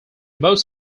most